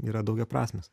yra daugiaprasmis